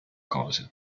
cose